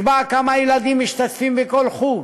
הוא זה שיקבע כמה ילדים משתתפים בכל חוג,